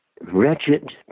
wretched